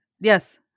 Yes